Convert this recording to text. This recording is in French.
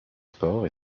sport